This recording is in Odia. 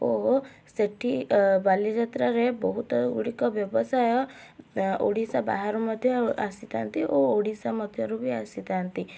ଓ ସେଠି ବାଲିଯାତ୍ରାରେ ବହୁତ ଗୁଡ଼ିକ ବ୍ୟବସାୟ ଓଡ଼ିଶା ବାହାରୁ ମଧ୍ୟ ଆସିଥାନ୍ତି ଓ ଓଡ଼ିଶା ମଧ୍ୟରୁ ବି ଆସିଥାନ୍ତି